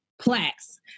Plaques